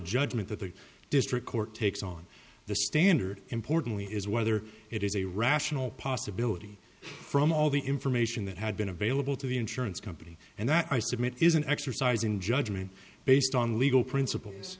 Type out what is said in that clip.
judgment that the district court takes on the standard importantly is whether it is a rational possibility from all the information that had been available to the insurance company and that i submit is an exercise in judgment based on legal principles